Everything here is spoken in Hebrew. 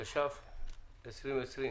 התש"ף-2020.